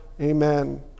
Amen